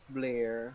Blair